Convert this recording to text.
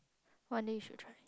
one day should try